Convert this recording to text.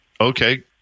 Okay